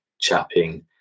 chapping